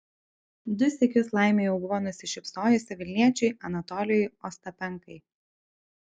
du sykius laimė jau buvo nusišypsojusi vilniečiui anatolijui ostapenkai